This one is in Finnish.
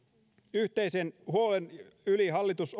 yhteisenä huolena yli hallitus